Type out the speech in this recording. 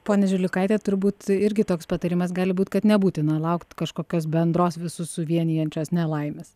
ponia žiliukaite turbūt irgi toks patarimas gali būt kad nebūtina laukt kažkokios bendros visus suvienijančios nelaimės